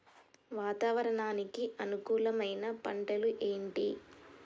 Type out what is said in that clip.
వాతావరణానికి అనుకూలమైన పంటలు ఏంటి?